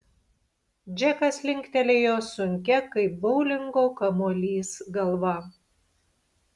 džekas linktelėjo sunkia kaip boulingo kamuolys galva